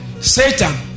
Satan